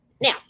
Now